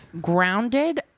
grounded